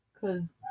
Cause